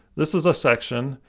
this is a section.